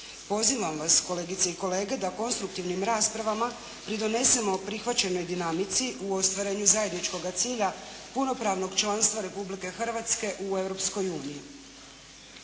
Pozivam vas, kolegice i kolege da konstruktivnim raspravama pridonesemo prihvaćenoj dinamici u ostvarenju zajedničkog cilja punopravnog članstva Republike Hrvatske u Europskoj uniji.